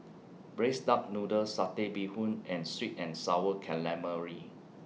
Braised Duck Noodle Satay Bee Hoon and Sweet and Sour Calamari